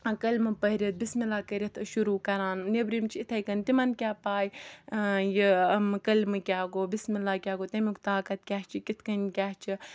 کلمہِ پٔرِتھ بِسمِ اللہ کٔرِتھ شروٗع کَران نیٚبرِم چھِ اِتھے کنۍ تِمَن کیاہ پاے یہِ کلمہٕ کیاہ گوٚو بِسم اللہ کیاہ گوٚو تمیُک طاقَت کیاہ چھِ کِتھ کنۍ کیاہ چھِ